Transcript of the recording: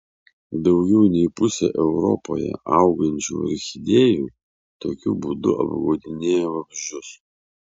daugiau nei pusė europoje augančių orchidėjų tokiu būdu apgaudinėja vabzdžius